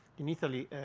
in italy,